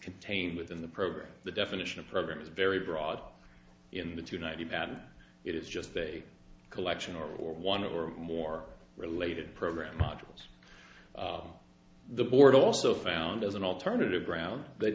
contained within the program the definition of program is very broad in the two ninety pattern it is just a collection or one or more related program modules the board also found as an alternative ground that